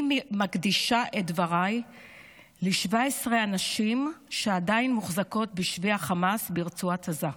אני מקדישה את דבריי ל-17 הנשים שעדיין מוחזקות בשבי החמאס ברצועת עזה.